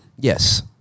Yes